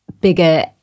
bigger